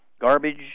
garbage